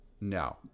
No